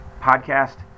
podcast